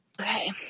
Okay